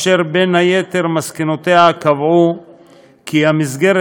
אשר בין היתר מסקנותיה קבעו כי המסגרת